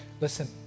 Listen